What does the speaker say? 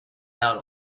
out